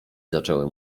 zaczęły